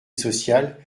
sociale